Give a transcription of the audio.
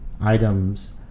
items